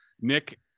Nick